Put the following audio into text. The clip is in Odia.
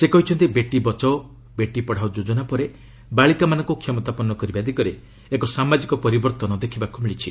ସେ କହିଛନ୍ତି ବେଟି ବଚାଓ ବେଟି ପଢ଼ାଓ ଯୋଜନା ପରେ ବାଳିକାମାନଙ୍କୁ କ୍ଷମତାପନ୍ନ କରିବା ଦିଗରେ ଏକ ସାମାଜିକ ପରିବର୍ତ୍ତନ ଦେଖିବାକୁ ମିଳିଛି